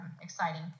exciting